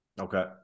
Okay